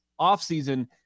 offseason